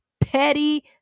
petty